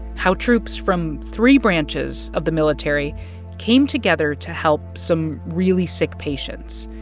how troops from three branches of the military came together to help some really sick patients.